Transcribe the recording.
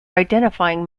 identifying